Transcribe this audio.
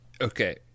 Okay